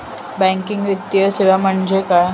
Banking वित्तीय सेवा म्हणजे काय?